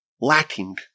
lacking